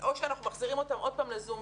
או שאנחנו מחזירים אותם עוד פעם ל-זום,